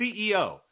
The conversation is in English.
CEO